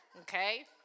Okay